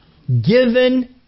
given